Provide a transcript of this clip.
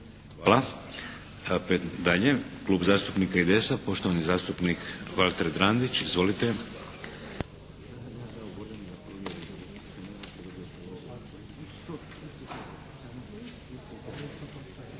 … Dalje. Klub zastupnika IDS-a poštovani zastupnik Valter Drandić. Izvolite.